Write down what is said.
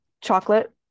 chocolate